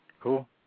Cool